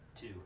two